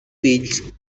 fills